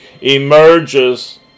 emerges